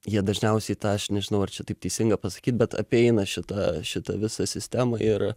jie dažniausiai tą aš nežinau ar čia taip teisinga pasakyt bet apeina šitą šitą visą sistemą ir